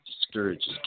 discourages